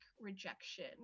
rejection